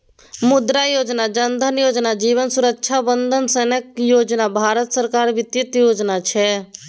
मुद्रा योजना, जन धन योजना, जीबन सुरक्षा बंदन सनक योजना भारत सरकारक बित्तीय योजना छै